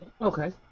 Okay